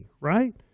right